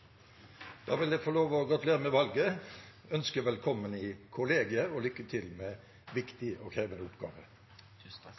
Da vil jeg få lov til å gratulere med valget og ønske velkommen i kollegiet! Lykke til med